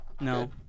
No